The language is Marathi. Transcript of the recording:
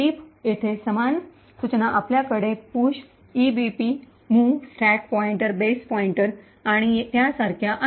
टीप येथे समान सूचना आपल्याकडे push EBP move stack pointer base pointer आणि त्यासारख्या आहेत